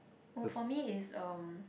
oh for me is um